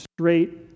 straight